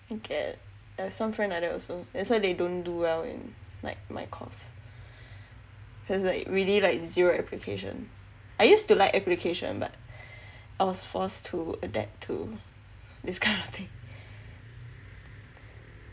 I get it I have some friends like that also that's why they don't do well in like my course there's like really like zero application I used to like application but I was forced to adapt to this kind of thing